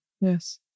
Yes